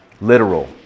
Literal